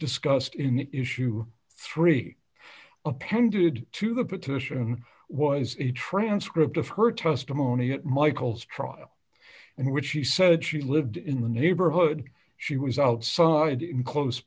discussed in issue three appended to the petition was a transcript of her testimony at michael's trial in which she said she lived in the neighborhood she was outside in close